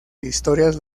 historias